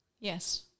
Yes